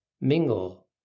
mingle